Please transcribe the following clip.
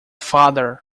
father